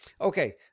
Okay